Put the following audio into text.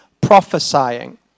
prophesying